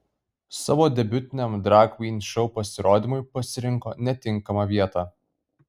savo debiutiniam drag kvyn šou pasirodymui pasirinko netinkamą vietą